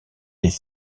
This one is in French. des